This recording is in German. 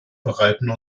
bereiten